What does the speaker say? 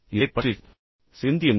இதைப் பற்றிச் சிந்தியுங்கள்